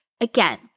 again